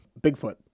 Bigfoot